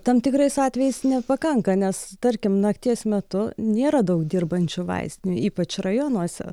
tam tikrais atvejais nepakanka nes tarkim nakties metu nėra daug dirbančių vaistinių ypač rajonuose